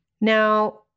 Now